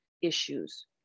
issues